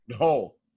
No